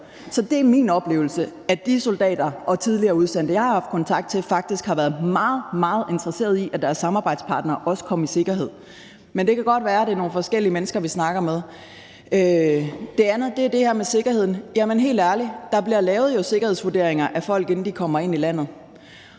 Så det er min oplevelse, at de soldater og tidligere udsendte, jeg har haft kontakt til, faktisk har været meget, meget interesseret i, at deres samarbejdspartnere også kom i sikkerhed. Men det kan godt være, at det er nogle forskellige mennesker, vi snakker med. Det andet er det her med sikkerheden. Jamen helt ærligt: Der bliver jo lavet sikkerhedsvurderinger af folk, inden de kommer ind i landet,